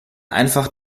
einfach